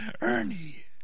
Ernie